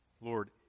Lord